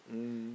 um